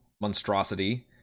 monstrosity